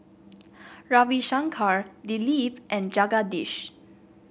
Ravi Shankar Dilip and Jagadish